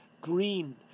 green